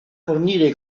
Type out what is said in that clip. fornire